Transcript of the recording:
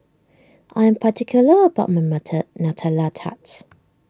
I am particular about my Nutella Tarts